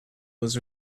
was